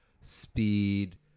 speed